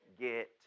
get